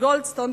גולדסטון,